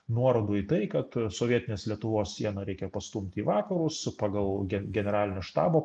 nuorodų į tai kad sovietinės lietuvos sieną reikia pastumti į vakarus pagal gen generalinio štabo